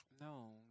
No